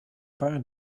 paar